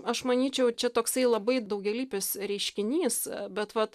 aš manyčiau čia toksai labai daugialypis reiškinys bet vat